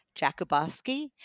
Jakubowski